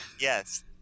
Yes